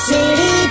City